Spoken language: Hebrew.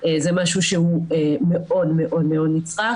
זה משהו שהוא מאוד מאוד נצרך.